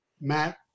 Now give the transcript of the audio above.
Matt